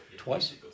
Twice